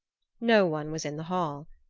no one was in the hall.